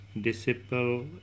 disciple